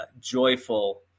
joyful